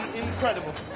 incredible.